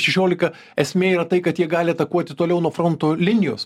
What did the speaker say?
šešiolika esmė yra tai kad jie gali atakuoti toliau nuo fronto linijos